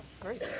Great